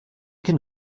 can